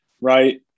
Right